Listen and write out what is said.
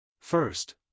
First